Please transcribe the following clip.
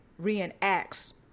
reenacts